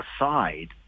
aside